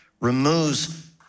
Removes